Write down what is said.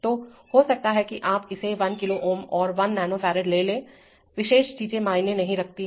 तो हो सकता है कि आप इसे 1 किलो ओम और 1 नैनोफैरड ले लें विशेष चीजें मायने नहीं रखती हैं